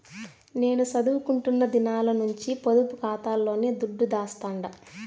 నేను సదువుకుంటున్న దినాల నుంచి పొదుపు కాతాలోనే దుడ్డు దాస్తండా